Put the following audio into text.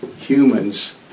humans